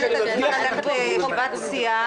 אני מתנצלת, צריכה ללכת לישיבת סיעה.